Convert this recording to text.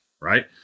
right